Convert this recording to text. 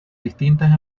distintas